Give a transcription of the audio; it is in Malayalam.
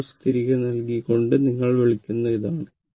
സോഴ്സ്സ് തിരികെ നൽകിക്കൊണ്ട് നിങ്ങൾ വിളിക്കുന്നത് ഇതാണ്